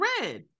red